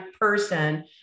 person